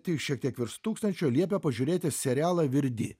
tik šiek tiek virš tūkstančio liepė pažiūrėti serialą virdi